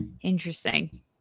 Interesting